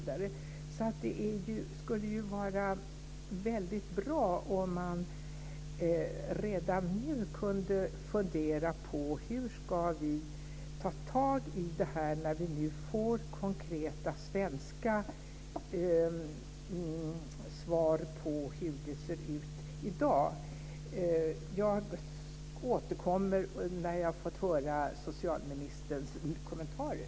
Det skulle vara väldigt bra om man redan nu kunde fundera på hur vi ska ta tag i det här när vi nu får konkreta svenska svar på hur det ser ut i dag. Jag återkommer när jag har fått höra socialministerns kommentarer.